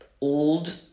old